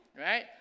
right